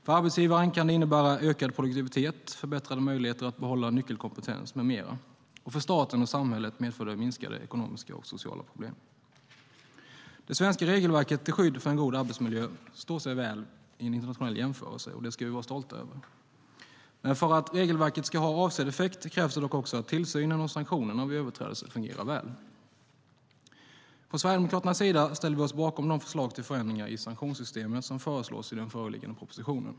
För arbetsgivaren kan det innebära ökad produktivitet, förbättrade möjligheter att behålla nyckelkompetens med mera, och för staten och samhället medför det minskade ekonomiska och sociala problem. Det svenska regelverket till skydd för en god arbetsmiljö står sig väl vid en internationell jämförelse, och det kan vi vara stolta över. För att regelverket ska ha avsedd effekt krävs dock också att tillsynen och sanktionerna vid överträdelser fungerar väl. Från Sverigedemokraternas sida ställer vi oss bakom de förslag till förändringar i sanktionssystemet som föreslås i den föreliggande propositionen.